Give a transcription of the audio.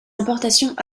importations